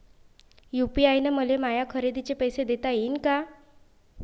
UPI न मले माया खरेदीचे पैसे देता येईन का?